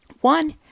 One